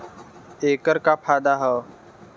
ऐकर का फायदा हव?